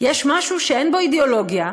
יש משהו שאין בו אידיאולוגיה,